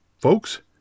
Folks